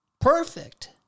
perfect